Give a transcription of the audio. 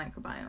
microbiome